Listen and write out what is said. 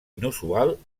inusual